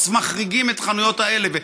מחריגים את החנויות האלה.